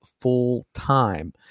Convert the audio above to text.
full-time